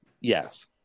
Yes